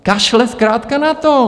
Kašle zkrátka na to.